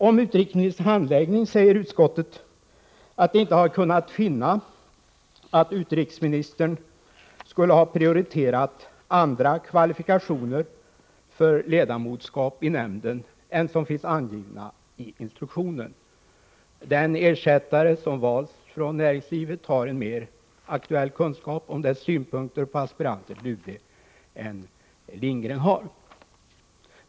Om utrikesministerns handläggning säger utskottet att det inte har kunnat finna att utrikesministern skulle ha prioriterat andra kvalifikationer för ledamotskap i nämnden än som finns angivna i instruktionen. Den ersättare som valts från näringslivet har en mer aktuell kunskap om dess synpunkter på aspiranter till UD än Lindgren har.